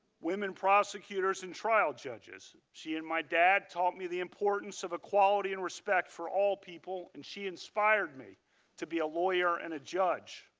women prosecutors and trial judges. she and my dad taught me the importance of quality and respect for all people. she inspired me to be a lawyer and a judge.